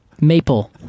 maple